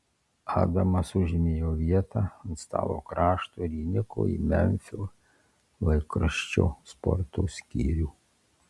adamas užėmė jo vietą ant stalo krašto ir įniko į memfio laikraščio sporto skyrių